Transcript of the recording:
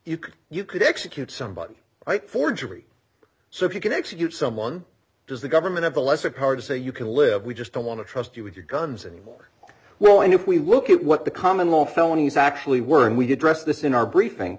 could you could execute somebody right forgery so if you can execute someone does the government of the lesser power to say you can live we just don't want to trust you with your guns anymore well and if we look at what the common law felonies actually were and we dressed this in our briefing